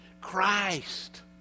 Christ